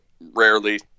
rarely